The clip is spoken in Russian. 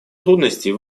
трудностей